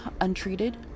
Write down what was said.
untreated